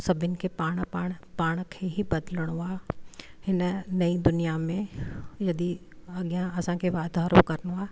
सभिनि खे पाण पाण पाण खे ई बदिलणो आहे हिन नईं दुनिया में यदि अॻियां असांखे वाधारो करिणो आहे